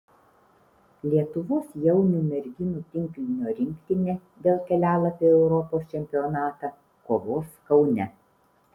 lietuvos jaunių merginų tinklinio rinktinė dėl kelialapio į europos čempionatą kovos kaune